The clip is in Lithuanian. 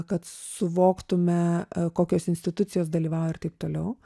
kad suvoktume kokios institucijos dalyvauja ir taip toliau